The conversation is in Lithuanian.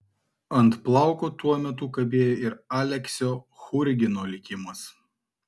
ant plauko tuo metu kabėjo ir aleksio churgino likimas